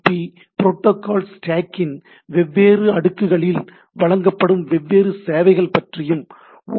B protocol ஸ்டேக்கின் TCPIP protocol stack வெவ்வேறு அடுக்குகளில் வழங்கப்படும் வெவ்வேறு சேவைகள் பற்றியும் ஓ